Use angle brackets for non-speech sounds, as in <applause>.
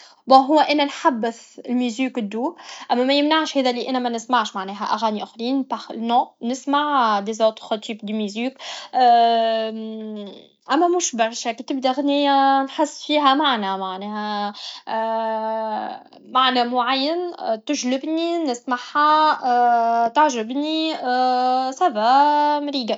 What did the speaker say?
بون هو انا نحبذ الميزيك الدو اما ميمنعنيش هذا لانا منسمعش معناها أي أغاني اخرين بار نون نسمع اوطخ تيب دو ميزيك <hesitation> اما موش برشة كي تبدا اغنية نحس فيها معنى معناها <hesitation> معنى معين تجلبني نسمعها تعجيني <hesitation> سافا مريقة